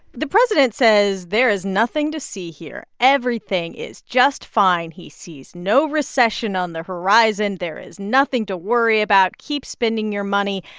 the president says there is nothing to see here. everything is just fine. he sees no recession on the horizon. there is nothing to worry about. keep spending your money.